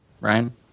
Ryan